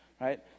right